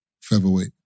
featherweight